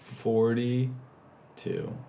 Forty-two